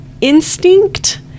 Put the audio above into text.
instinct